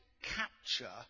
capture